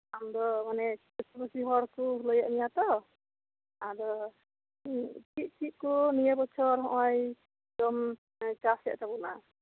ᱟᱢ ᱫᱚ ᱚᱱᱮ ᱪᱟᱥᱤ ᱵᱟᱥᱤ ᱦᱚᱲ ᱠᱚ ᱞᱟᱹᱭᱮᱜ ᱢᱮᱭᱟ ᱛᱚ ᱟᱫᱚ ᱪᱮᱫ ᱪᱮᱫ ᱠᱚ ᱱᱤᱭᱟᱹ ᱵᱚᱪᱷᱚᱨ ᱦᱚᱸᱜ ᱚᱭ ᱡᱚᱢ ᱪᱟᱥᱮᱫ ᱛᱟᱵᱚᱱᱟ